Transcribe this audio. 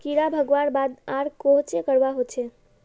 कीड़ा भगवार बाद आर कोहचे करवा होचए?